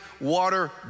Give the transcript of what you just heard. water